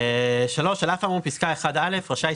גיא,